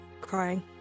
crying